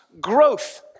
growth